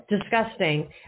disgusting